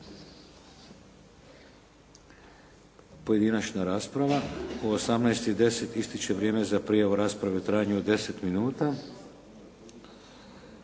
Pojedinačna rasprava. U 18,10 ističe vrijeme za prijavu u raspravi u trajanju od 10 minuta.